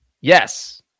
Yes